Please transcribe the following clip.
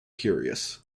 curious